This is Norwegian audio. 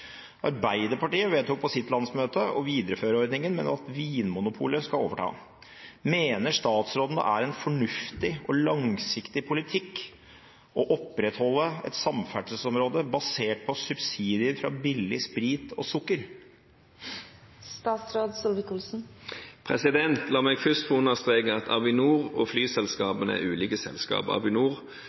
Arbeiderpartiet vedtok på landsmøte å videreføre ordningen, men vil at Vinmonopolet overtar. Mener statsråden det er en fornuftig og langsiktig politikk å opprettholde samferdselsområder basert på subsidier fra salg av billig sprit og sukker?» La meg først få understreke at Avinor og flyselskapene er ulike selskaper. Avinor er statens selskap